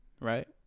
right